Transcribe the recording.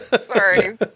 Sorry